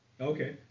Okay